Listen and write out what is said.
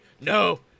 No